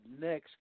next